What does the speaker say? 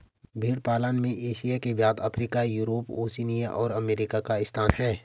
भेंड़ पालन में एशिया के बाद अफ्रीका, यूरोप, ओशिनिया और अमेरिका का स्थान है